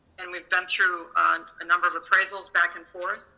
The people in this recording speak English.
and we've been through a number of appraisals back and forth.